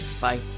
Bye